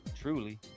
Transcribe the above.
truly